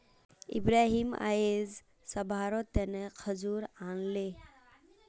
इब्राहिम अयेज सभारो तने खजूर आनले